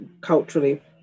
culturally